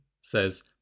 says